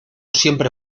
siempre